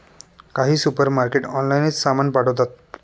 काही सुपरमार्केट ऑनलाइनच सामान पाठवतात